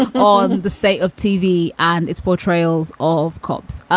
on the state of tv and its portrayals of cops.